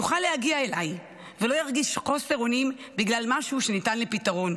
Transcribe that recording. יוכל להגיע אליי ולא ירגיש חוסר אונים בגלל משהו שניתן לפתרון,